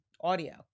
audio